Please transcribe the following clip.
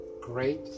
great